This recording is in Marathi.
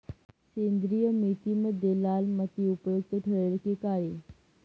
सेंद्रिय मेथीसाठी लाल माती उपयुक्त ठरेल कि काळी?